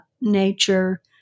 nature